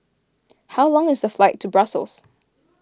how long is the flight to Brussels